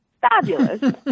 Fabulous